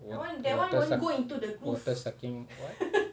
water water suck~ water sucking what